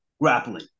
grappling